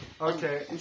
Okay